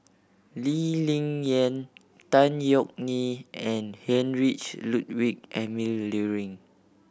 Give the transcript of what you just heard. Lee Ling Yen Tan Yeok Nee and Heinrich Ludwig Emil Luering